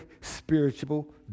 spiritual